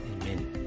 Amen